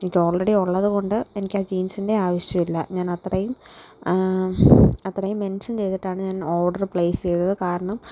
എനിക്ക് ഓൾറെഡി ഉള്ളത് കൊണ്ട് എനിക്കാ ജിൻസിന്റെ ആവശ്യം ഇല്ല ഞാൻ അത്രയും അത്രയും മെൻഷൻ ചെയ്തിട്ടാണ് ഞാൻ ഓർഡർ പ്ലേസ് ചെയ്തത് കാരണം